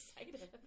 excited